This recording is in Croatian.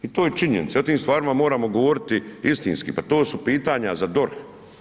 I to je činjenica, o im stvarima moramo govoriti istinski pa to su pitanja za DORH.